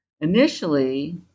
Initially